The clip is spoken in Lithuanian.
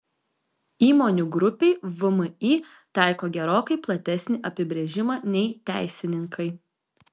įmonių grupei vmi taiko gerokai platesnį apibrėžimą nei teisininkai